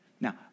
Now